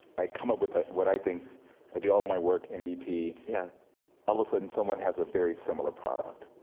i come up with what i think, i do all of my work, and mvp, yeah all of a sudden someone has a very similar product.